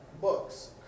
books